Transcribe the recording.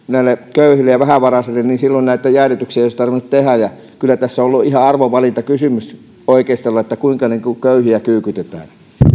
köyhille ja vähävaraisille niin silloin näitä jäädytyksiä ei olisi tarvinnut tehdä kyllä tässä on ollut ihan arvovalintakysymys oikeistolla että kuinka köyhiä kyykytetään